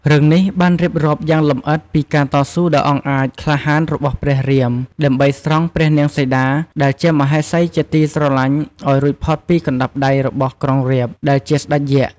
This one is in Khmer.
រឿងនេះបានរៀបរាប់យ៉ាងលម្អិតពី ការតស៊ូដ៏អង់អាចក្លាហានរបស់ព្រះរាម ដើម្បីស្រង់ ព្រះនាងសីតា ដែលជាមហេសីជាទីស្រឡាញ់ ឲ្យរួចផុតពីកណ្ដាប់ដៃរបស់ ក្រុងរាពណ៍ ដែលជាស្ដេចយក្ស។